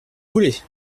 voulez